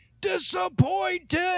Disappointed